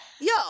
Yo